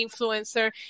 Influencer